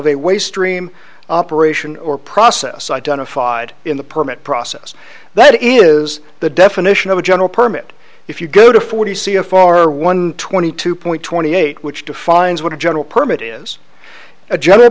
stream operation or process identified in the permit process that is the definition of a general permit if you go to forty see a far one twenty two point twenty eight which defines what general permit is a gen